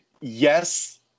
Yes